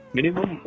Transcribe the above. Minimum